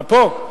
אתה פה?